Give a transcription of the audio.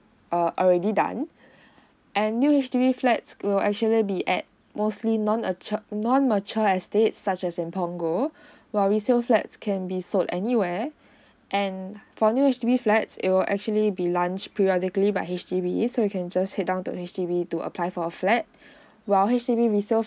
err already done and new H_D_B flats will actually be at mostly non a chop non mature estate such as in punggol while resale flats can be sold anywhere and for new H_D_B flats it will actually be launch periodically by H_D_B so you can just head down to H_D_B to apply for a flat while H_D_B resale flat